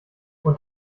und